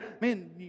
man